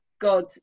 god